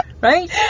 right